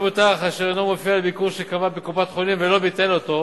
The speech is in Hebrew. מבוטח אשר אינו מופיע לביקור שקבע בקופת-חולים ולא ביטל אותו